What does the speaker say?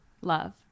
Love